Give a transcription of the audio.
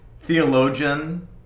theologian